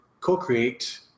co-create